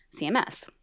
CMS